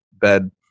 bed